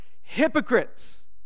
hypocrites